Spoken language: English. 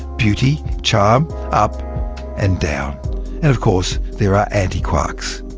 beauty, charm, up and down. and of course, there are anti-quarks.